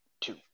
two